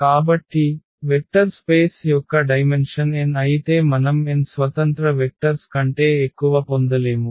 కాబట్టి vector space యొక్క dimension n అయితే మనం n స్వతంత్ర వెక్టర్స్ కంటే ఎక్కువ పొందలేము